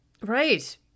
Right